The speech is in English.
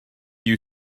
you